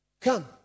Come